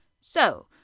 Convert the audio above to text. So